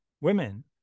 women